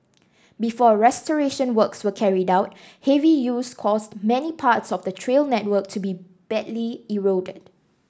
before restoration works were carried out heavy use caused many parts of the trail network to be badly eroded